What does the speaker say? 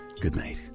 goodnight